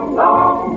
long